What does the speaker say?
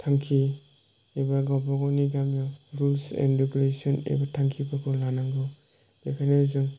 थांखि एबा गावबा गावनि गामिआव रुल्स एण्ड रेगुलेस'न एबा थांखिफोरखौ लानांगौ बेनिखायनो जों